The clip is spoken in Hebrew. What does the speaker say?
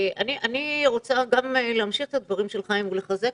אני רוצה להמשיך את הדברים של חיים ולחזק